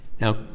Now